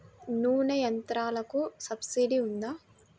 నూనె యంత్రాలకు సబ్సిడీ ఉందా?